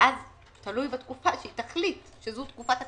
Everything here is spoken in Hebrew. ואז תלוי בתקופה שתחליט שזו תקופת הקורונה.